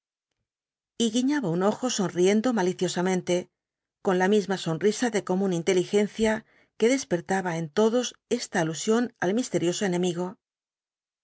guiñaba un ojo sonriendo maliciosamente con la misma sonrisa de común inteligencia que despertaba en todos esta alusión al misterioso enemigo